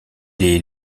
est